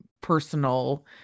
personal